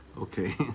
okay